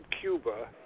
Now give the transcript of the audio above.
Cuba